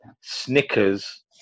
snickers